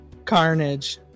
carnage